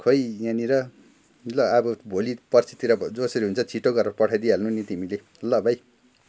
खै यहाँनिर ल अब भोलिपर्सितिरको जसरी हुन्छ छिटो गरेर पठाइदिई हाल्नु नि तिमीले ल भाइ